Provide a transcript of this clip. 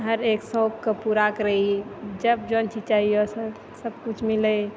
हर एक शौकके पूरा करैए जब जे चाहै छी सबकुछ मिलैए